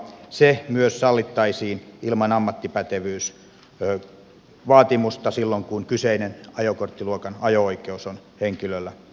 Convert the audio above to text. se myös sallittaisiin ilman ammattipätevyysvaatimusta silloin kun kyseisen ajokorttiluokan ajo oikeus on henkilöllä voimassa